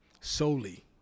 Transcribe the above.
solely